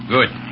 Good